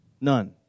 None